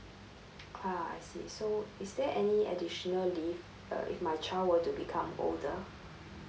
ah I see so is there any additional leave uh if my child were to become older